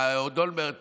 אהוד אולמרט,